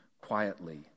quietly